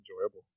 enjoyable